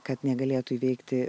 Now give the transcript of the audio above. kad negalėtų įveikti